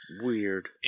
Weird